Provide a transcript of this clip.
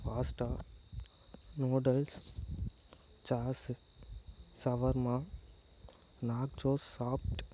pasta noodles sauce shawarma not so soft